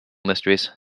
mysteries